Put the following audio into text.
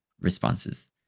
responses